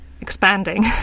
expanding